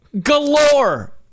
Galore